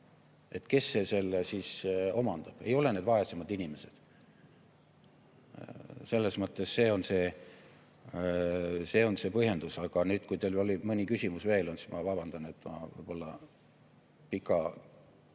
Kes selle siis omandab? Ei ole need vaesemad inimesed. Selles mõttes see on see põhjendus. Aga nüüd, kui teil oli mõni küsimus veel, siis ma vabandan, et ma võib-olla pika